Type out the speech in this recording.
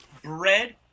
bread